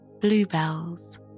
bluebells